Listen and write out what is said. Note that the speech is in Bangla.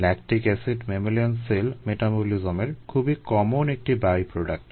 ল্যাকটিক এসিড ম্যামালিয়ান সেল মেটাবলিজমের খুবই কমন একটি বাইপ্রোডাক্ট